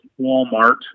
Walmart